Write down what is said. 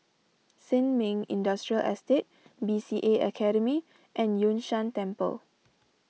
Sin Ming Industrial Estate B C A Academy and Yun Shan Temple